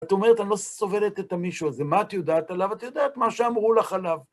את אומרת, אני לא סובלת את מישהו הזה, מה את יודעת עליו? את יודעת מה שאמרו לך עליו.